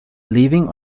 living